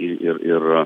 ir ir ir